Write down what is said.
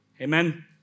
Amen